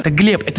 ah gleb,